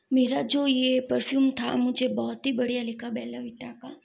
मेरा जो ये पर्फ़्यूम था मुझे बहुत ही बढ़िया लगा बेला विटा का